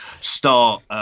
Start